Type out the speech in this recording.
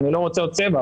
אני לא רוצה עוד צבע,